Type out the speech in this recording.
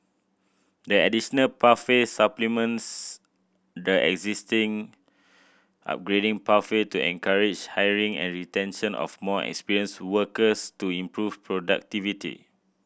the additional pathway supplements the existing upgrading pathway to encourage hiring and retention of more experienced workers to improve productivity